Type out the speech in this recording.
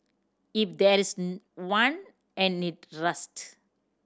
if there's one and it rust